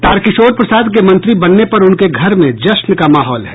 तारकिशोर प्रसाद के मंत्री बनने पर उनके घर में जश्न का माहौल है